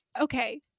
okay